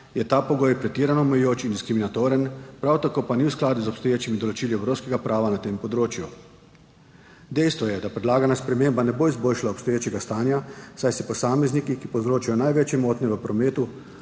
je ta pogoj pretirano omejujoč in diskriminatoren, prav tako pa ni v skladu z obstoječimi določili evropskega prava na tem področju. Dejstvo je, da predlagana sprememba ne bo izboljšala obstoječega stanja, saj se posamezniki, ki povzročajo največje motnje v prometu,